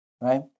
right